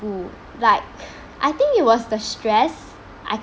school like I think it was the stress I